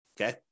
Okay